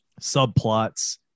subplots